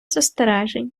застережень